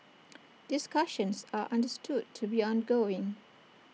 discussions are understood to be ongoing